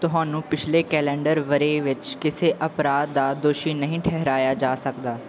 ਤੁਹਾਨੂੰ ਪਿਛਲੇ ਕੈਲੰਡਰ ਵਰ੍ਹੇ ਵਿੱਚ ਕਿਸੇ ਅਪਰਾਧ ਦਾ ਦੋਸ਼ੀ ਨਹੀਂ ਠਹਿਰਾਇਆ ਜਾ ਸਕਦਾ